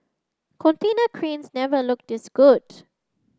container cranes never looked this good